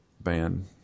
band